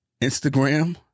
Instagram